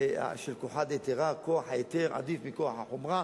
של כוחא דהיתרא, כוח ההיתר עדיף מכוח החומרה.